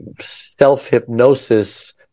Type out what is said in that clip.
self-hypnosis